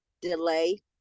delay